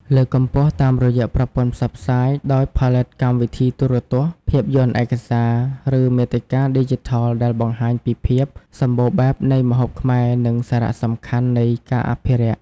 លើកកម្ពស់តាមរយៈប្រព័ន្ធផ្សព្វផ្សាយ ដោយផលិតកម្មវិធីទូរទស្សន៍ ភាពយន្តឯកសារ ឬមាតិកាឌីជីថលដែលបង្ហាញពីភាពសម្បូរបែបនៃម្ហូបខ្មែរ និងសារៈសំខាន់នៃការអភិរក្ស។